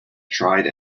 tried